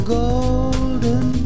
golden